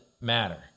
matter